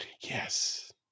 Yes